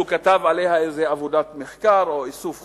כתב עליה איזו עבודת מחקר או איסוף חומר,